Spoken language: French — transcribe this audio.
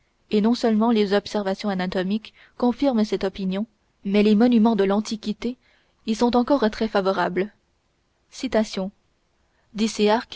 et non seulement les observations anatomiques confirment cette opinion mais les monuments de l'antiquité y sont encore très favorables dicéarque